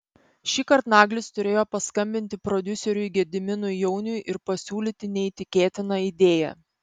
šįkart naglis turėjo paskambinti prodiuseriui gediminui jauniui ir pasiūlyti neįtikėtiną idėją